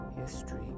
history